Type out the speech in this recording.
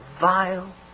vile